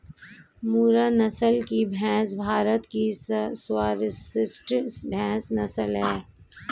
मुर्रा नस्ल की भैंस भारत की सर्वश्रेष्ठ भैंस नस्ल है